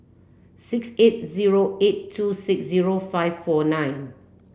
six eight zero eight two six zero five four nine